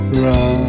run